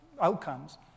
outcomes